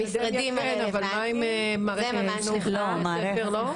משרדים כן, אבל מה עם מערכת החינוך, בתי ספר, לא?